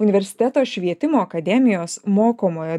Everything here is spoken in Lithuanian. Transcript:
universiteto švietimo akademijos mokomojo